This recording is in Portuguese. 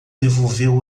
devolveu